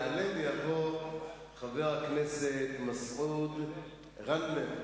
יעלה ויבוא חבר הכנסת מסעוד גנאים.